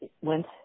went